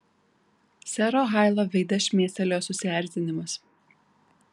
sero hailo veide šmėstelėjo susierzinimas